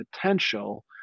potential